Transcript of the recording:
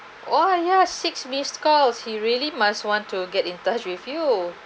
!wah! yes six missed calls he really must want to get in touch with you